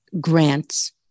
grants